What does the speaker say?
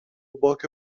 باک